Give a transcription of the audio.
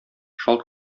шалт